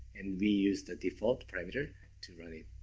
and we used the default parameter to run it.